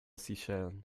seychellen